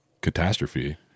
catastrophe